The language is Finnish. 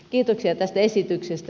kiitoksia tästä esityksestä